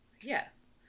Yes